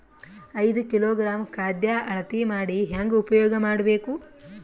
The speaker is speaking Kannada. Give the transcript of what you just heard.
ಐದು ಕಿಲೋಗ್ರಾಂ ಖಾದ್ಯ ಅಳತಿ ಮಾಡಿ ಹೇಂಗ ಉಪಯೋಗ ಮಾಡಬೇಕು?